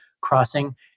crossing